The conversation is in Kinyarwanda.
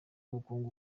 ubukungu